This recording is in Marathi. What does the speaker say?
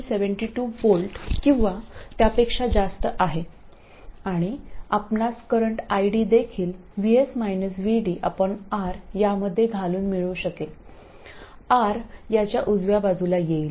72 V किंवा त्यापेक्षा जास्त आहे आणि आपणास करंट ID देखील R यामध्ये घालून मिळू शकेल R याच्या उजव्या बाजूला येईल